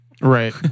Right